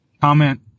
comment